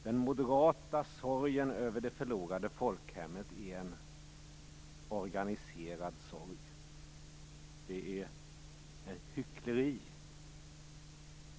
Den moderata sorgen över det förlorade folkhemmet är en organiserad sorg, det är hyckleri.